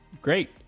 great